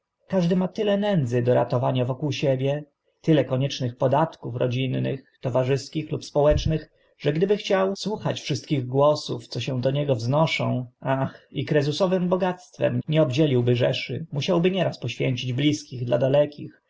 każdy ma tyle nędzy do ratowania wokoło siebie tyle koniecznych podatków rodzinnych towarzyskich lub społecznych że gdyby chciał słuchać wszystkich głosów co się do niego wznoszą ach i krezusowym bogactwem nie obdzieliłby rzeszy musiałby nieraz poświęcić bliskich dla dalekich